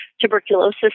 tuberculosis